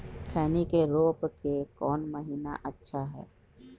खैनी के रोप के कौन महीना अच्छा है?